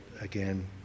again